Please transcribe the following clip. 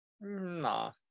Nah